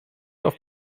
auf